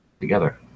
Together